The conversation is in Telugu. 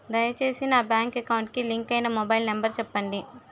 దయచేసి నా బ్యాంక్ అకౌంట్ కి లింక్ అయినా మొబైల్ నంబర్ చెప్పండి